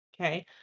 Okay